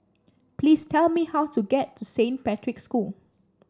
please tell me how to get to Saint Patrick's School